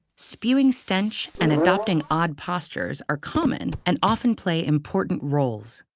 spewing stench and adopting odd postures are common and often play important roles.